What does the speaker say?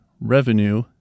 revenue